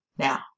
Now